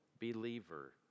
believer